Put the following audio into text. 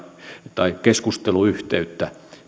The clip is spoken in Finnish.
tai keskusteluyhteyttä